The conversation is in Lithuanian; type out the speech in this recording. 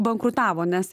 bankrutavo nes